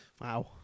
Wow